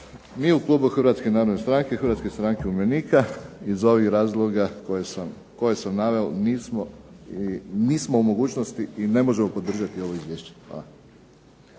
Mi u klubu Hrvatske narodne stranke i Hrvatske stranke umirovljenika iz ovih razloga koje sam naveo nismo u mogućnosti i ne možemo podržati ovo izvješće. Hvala.